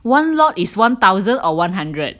one lot is one thousand or one hundred